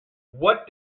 what